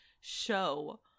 show